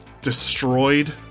destroyed